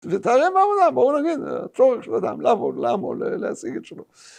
ותראה מהעולם, בואו נגיד, צורך של אדם, לעמוד, לעמוד, להשיג את שלו.